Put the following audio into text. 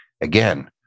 Again